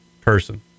person